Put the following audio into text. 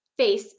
Facebook